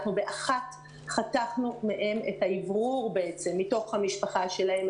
אנחנו בבת אחת חתכנו מהם את האוורור מתוך המשפחה שלהם,